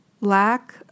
lack